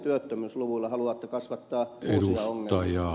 haluatteko te kasvattaa uusia ongelmia